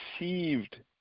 received